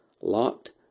locked